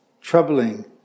troubling